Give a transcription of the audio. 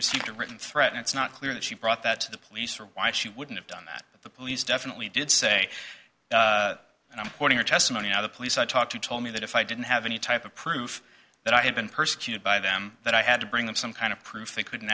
received a written threat and it's not clear that she brought that to the police or why she wouldn't have done that but the police definitely did say and i'm quoting her testimony now the police i talked to told me that if i didn't have any type of proof that i had been persecuted by them that i had to bring them some kind of proof they could